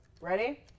Ready